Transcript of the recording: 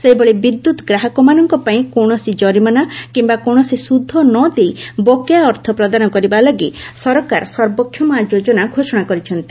ସେହିଭଳି ବିଦ୍ୟୁତ୍ ଗ୍ରାହକମାନଙ୍କ ପାଇଁ କୌଣସି କରିମାନା କିମ୍ବା କୌଣସି ସୁଧ ନ ଦେଇ ବକେୟା ଅର୍ଥ ପ୍ରଦାନ କରିବା ଲାଗି ସରକାର ସର୍ବକ୍ଷମା ଯୋଜନା ଘୋଷଣା କରିଛନ୍ତି